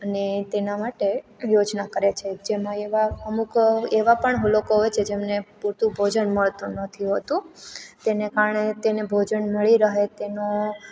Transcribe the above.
અને તેના માટે યોજના કરે છે જેમાં એવા અમુક એવા પણ લોકો હોય છે જેમને પૂરતું ભોજન મળતું નથી હોતું તેને કારણે તેને ભોજન મળી રહે તેનો